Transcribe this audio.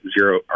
zero